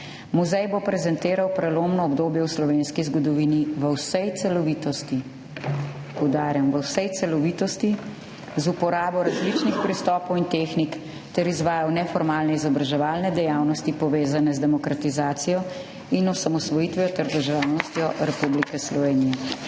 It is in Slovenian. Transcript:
Muzej bo prezentiral prelomno obdobje v slovenski zgodovini v vsej celovitosti«, poudarjam, v vsej celovitosti, »z uporabo različnih pristopov in tehnik ter izvajal neformalne izobraževalne dejavnosti, povezane z demokratizacijo in osamosvojitvijo ter državnostjo Republike Slovenije.«